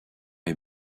est